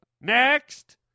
Next